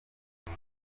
iyi